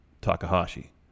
Takahashi